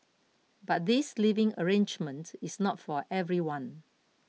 but this living arrangement is not for everyone